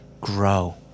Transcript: Grow